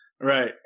Right